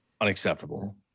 unacceptable